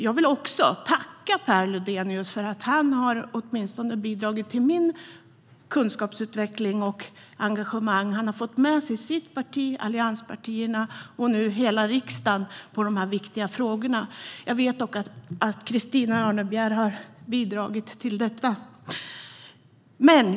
Jag vill också tacka Per Lodenius för att han har bidragit till åtminstone min kunskapsutveckling och mitt engagemang. Han har fått med sig sitt parti, allianspartierna och nu hela riksdagen i dessa viktiga frågor. Jag vet att Christina Örnebjär har bidragit till detta.